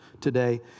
today